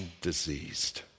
diseased